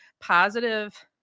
positive